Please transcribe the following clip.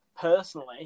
personally